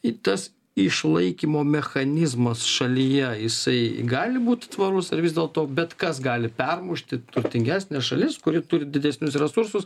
į tas išlaikymo mechanizmas šalyje jisai gali būt tvarus ar vis dėlto bet kas gali permušti turtingesnė šalis kuri turi didesnius resursus